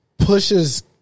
Pushes